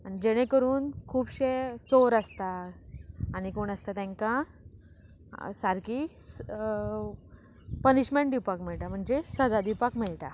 आनी जेणे करून खुबशे चोर आसता आनी कोण आसता तांकां सारकी स् पनिशमँट दिवपाक मेळटा म्हणजे सजा दिवपाक मेळटा